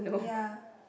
ya